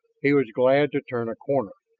he was glad to turn a corner,